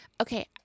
Okay